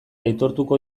aitortuko